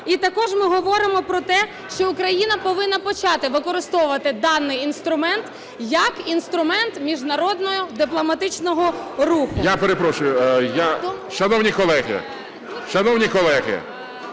І також ми говоримо про те, що Україна повинна почати використовувати даний інструмент як інструмент міжнародного дипломатичного руху. (Шум у залі) ГОЛОВУЮЧИЙ. Я перепрошую… Шановні колеги! Шановні колеги!